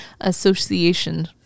association